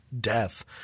death